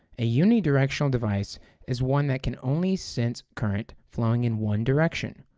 a unidirectional device is one that can only sense current flowing in one direction,